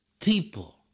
people